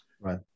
Right